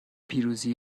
پیروزی